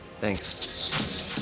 Thanks